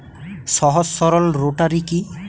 সহজ সরল রোটারি কি?